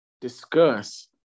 discuss